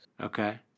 Okay